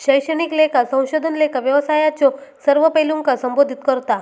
शैक्षणिक लेखा संशोधन लेखा व्यवसायाच्यो सर्व पैलूंका संबोधित करता